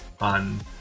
on